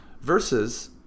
Versus